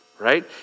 Right